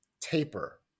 taper